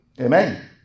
Amen